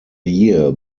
year